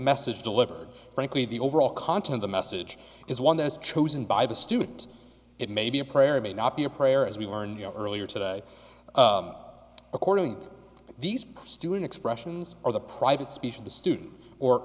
message delivered frankly the overall content the message is one that's chosen by the student it may be a prayer or may not be a prayer as we learned you know earlier today according to these student expressions or the private speech of the student or